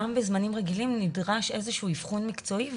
גם בזמנים רגילים נדרש איזשהו אבחון מקצועי,